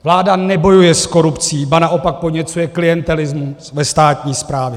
Vláda nebojuje s korupcí, ba naopak podněcuje klientelismus ve státní správě.